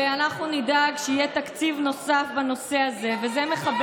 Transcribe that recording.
ואנחנו נדאג שיהיה תקציב נוסף בנושא הזה.